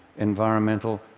environmental,